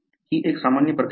ही एक सामान्य प्रक्रिया आहे